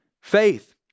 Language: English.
faith